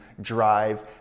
drive